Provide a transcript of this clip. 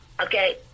okay